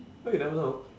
well you never know